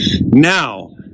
Now